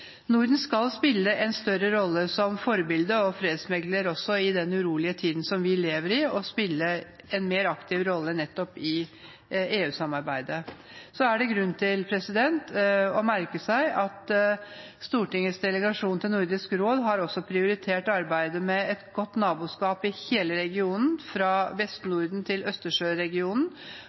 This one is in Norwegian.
Norden og nettverksarbeid. Norden skal spille en større rolle som forbilde og fredsmekler i den urolige tiden vi lever i, og spille en mer aktiv rolle i EU-samarbeidet. Så er det grunn til å merke seg at Stortingets delegasjon til Nordisk råd har prioritert arbeidet med et godt naboskap i hele regionen, fra Vest-Norden til Østersjøregionen